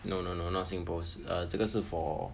no no no not SingPost 这个是 for